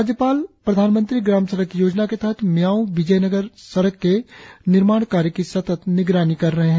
राज्यपाल प्रधानमंत्री ग्राम सड़क योजना के तहत मियाओ विजोयनगर सड़क के निर्माण कार्य की सतत निगरानी कर रहे है